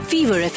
Fever